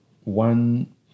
one